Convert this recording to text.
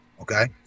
Okay